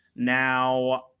Now